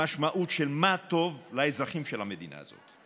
משמעות של מה טוב לאזרחים של המדינה הזאת.